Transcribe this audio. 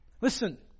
Listen